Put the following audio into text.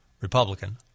Republican